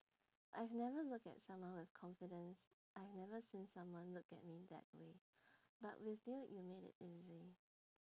I've never looked at someone with confidence I've never seen someone look at me that way but with you you made it easy